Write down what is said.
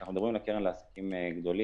כשאנחנו מדברים על הקרן לעסקים גדולים,